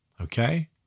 Okay